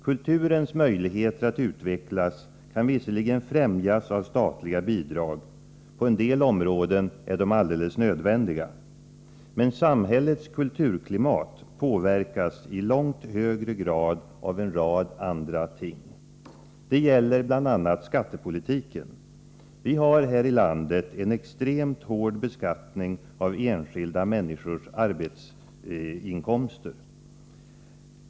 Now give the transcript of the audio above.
Kulturens möjligheter att utvecklas kan visserligen främjas av statliga bidrag — på en del områden är de alldeles nödvändiga — men samhällets kulturklimat påverkas i långt högre grad av en rad andra ting. Det gäller bl.a. skattepolitiken. Vi har här i landet en extremt hård beskattning av enskilda människors arbetsinkomster.